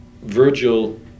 Virgil